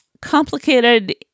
complicated